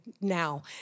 now